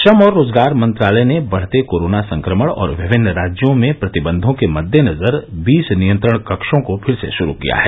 श्रम और रोजगार मंत्रालय ने बढ़ते कोरोना संक्रमण और विभिन्न राज्यों में प्रतिबंधों के मद्देनजर बीस नियंत्रण कक्षों को फिर शुरू किया है